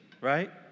right